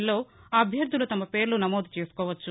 ల్లో అభ్యర్దులు తమ పేర్ల నమోదు చేసుకోవచ్చు